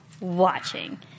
watching